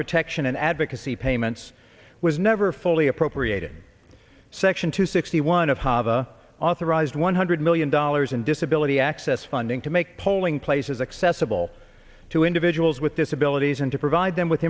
protection and advocacy payments was never fully appropriated section two sixty one of hava authorized one hundred million dollars in disability access funding to make polling places accessible to individuals with disabilities and to provide them with